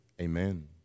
Amen